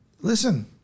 listen